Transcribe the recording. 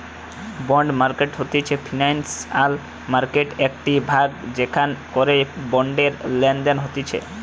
bond market হতিছে financial মার্কেটের একটিই ভাগ যেখান করে বন্ডের লেনদেন হতিছে